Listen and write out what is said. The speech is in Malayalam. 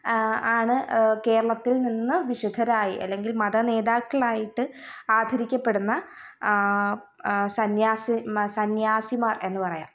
ആണ് കേരളത്തിൽ നിന്ന് വിശുദ്ധരായി അല്ലെങ്കിൽ മതനേതാക്കളായിട്ട് ആദരിക്കപ്പെടുന്ന സന്യാസിമാർ സന്യാസിമാർ എന്നു പറയാം